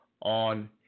on